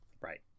Right